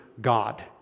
God